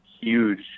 huge